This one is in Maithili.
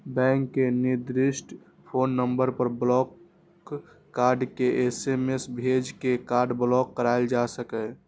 बैंक के निर्दिष्ट फोन नंबर पर ब्लॉक कार्ड के एस.एम.एस भेज के कार्ड ब्लॉक कराएल जा सकैए